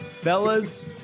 Fellas